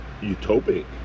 utopic